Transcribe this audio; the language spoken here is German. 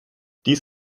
dies